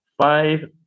five